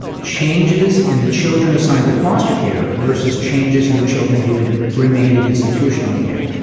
changes in the children assigned to foster care versus changes in the children who had remained in institutional care.